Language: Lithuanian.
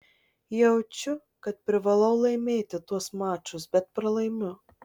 jaučiu kad privalau laimėti tuos mačus bet pralaimiu